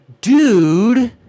dude